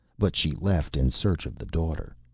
but she left in search of the daughter.